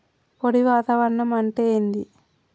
పొడి వాతావరణం అంటే ఏంది?